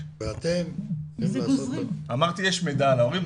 ואתם --- אמרתי שיש מידע על ההורים,